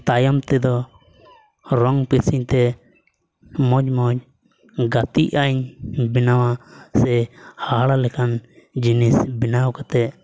ᱛᱟᱭᱚᱢ ᱛᱮᱫᱚ ᱨᱚᱝ ᱯᱮᱱᱥᱤᱞ ᱛᱮ ᱢᱚᱡᱽ ᱢᱚᱡᱽ ᱜᱟᱛᱮᱜ ᱟᱹᱧ ᱵᱮᱱᱟᱣᱟ ᱥᱮ ᱦᱟᱦᱟᱲᱟ ᱞᱮᱠᱟᱱ ᱡᱤᱱᱤᱥ ᱵᱮᱱᱟᱣ ᱠᱟᱛᱮᱫ